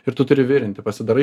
ir tu turi virinti pasidarai